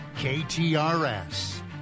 KTRS